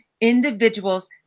Individuals